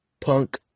Punk